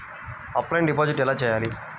Offline deposit ఎలా చేయాలి?